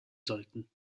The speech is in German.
sollten